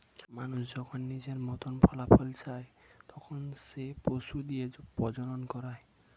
মানুষ যখন নিজের মতন ফলাফল চায়, তখন সে পশু দিয়ে প্রজনন করায়